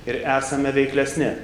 ir esame veiklesni